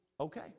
Okay